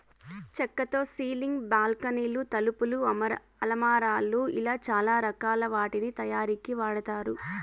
చక్కతో సీలింగ్, బాల్కానీలు, తలుపులు, అలమారాలు ఇలా చానా రకాల వాటి తయారీకి వాడతారు